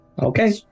Okay